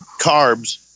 carbs